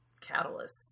catalyst